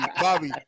Bobby